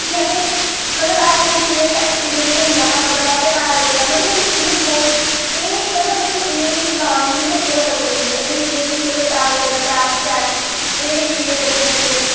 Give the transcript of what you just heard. फिर असें मतलब ऐसी ऐसी चीजें ई एक्सपीरियंस होई जंदा हा मतलब असें हैल देना मतलब में इस चीजै ई ग्रोथ इ'नें गी मतलब इ'नें ई प्लांट्स दी केयर मतलब बड़ी होंदी ऐ इ'नें ई चीजें गी मतलब हैल देना टैम टैम पर इ'नें गी कीड़े लग्गी जंदे न